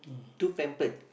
too pampered